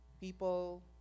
people